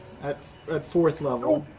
at at fourth level.